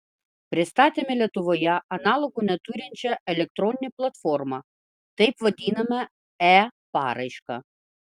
pristatėme lietuvoje analogų neturinčią elektroninę platformą taip vadinamą e paraišką